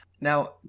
Now